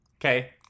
Okay